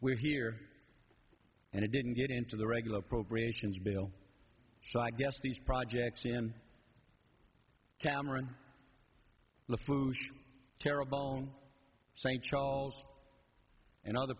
we're here and it didn't get into the regular appropriations bill so i guess these projects i am cameron the food terrible on st charles and other